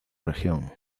región